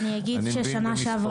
אני מבין במספרים.